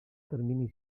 termini